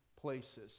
places